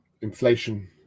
inflation